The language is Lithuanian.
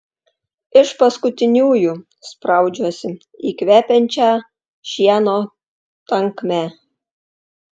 iš paskutiniųjų spraudžiuosi į kvepiančią šieno tankmę